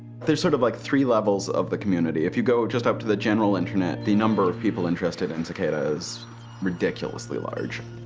there's sort of like three levels of the community. if you go just up to the general internet, the number of people interested in cicada is ridiculously large.